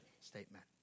statement